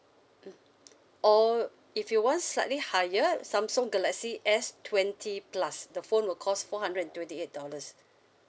mm or if you want slightly higher samsung galaxy S twenty plus the phone will cost four hundred and twenty eight dollars